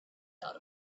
dot